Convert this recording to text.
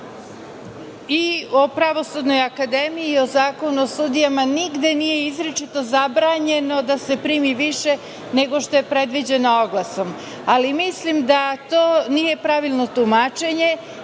i o Pravosudnoj akademiji i u Zakonu o sudijama nigde nije izričito zabranjeno da se primi više, nego što je predviđeno oglasom, ali mislim da to nije pravilno tumačenje